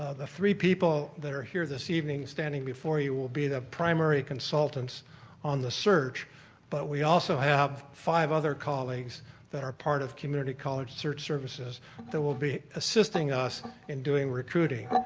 ah the three people that are here this evening standing before you will be the primary consultants on the search but we also have five other colleagues that are part of community college search services that will be assisting us in doing recruiting.